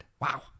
Wow